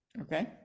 Okay